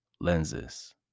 lenses